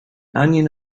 onion